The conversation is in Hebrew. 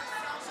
אתה אפס.